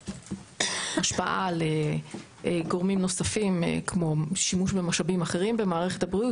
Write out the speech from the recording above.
השפעה על גורמים נוספים כמו שימוש במשאבים אחרים במערכת הבריאות,